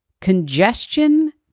congestion